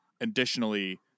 Additionally